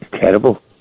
terrible